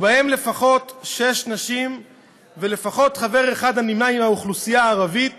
ובהם לפחות שש נשים ולפחות חבר אחד הנמנה עם האוכלוסייה הערבית,